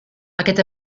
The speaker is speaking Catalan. aquest